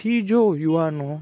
થી જો યુવાનો